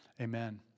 Amen